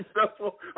successful